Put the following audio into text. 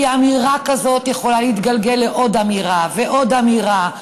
כי אמירה כזאת יכולה להתגלגל לעוד אמירה ועוד אמירה.